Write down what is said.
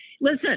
Listen